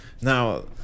now